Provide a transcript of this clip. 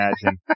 imagine